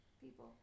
People